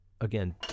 again